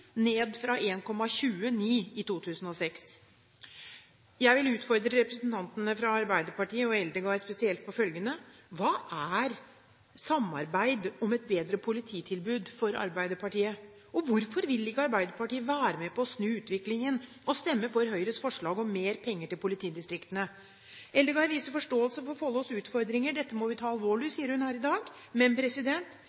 i 2006. Jeg vil utfordre representantene fra Arbeiderpartiet, og Eldegard spesielt, på følgende: Hva er samarbeid om et bedre polititilbud for Arbeiderpartiet? Hvorfor vil ikke Arbeiderpartiet være med på å snu utviklingen og stemme for Høyres forslag om mer penger til politidistriktene? Eldegard viser forståelse for Follos utfordringer. Dette må vi ta